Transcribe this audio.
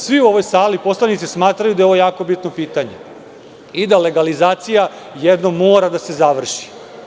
Svi poslanici u ovoj sali smatraju da je ovo jako bitno pitanje i da legalizacija jednom mora da se završi.